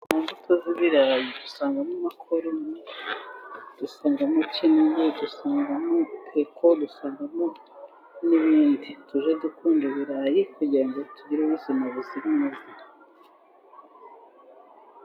Imbuto y'ibirayi dusangamo makoroni, dusangamo Kinigi, dusangamo peko, dusangamo n'ibindi . Tujye dukunda ibirayi kugira ngo tugire ubuzima buzira umuze.